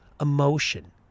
emotion